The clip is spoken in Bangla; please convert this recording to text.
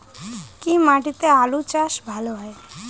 কি মাটিতে আলু চাষ ভালো হয়?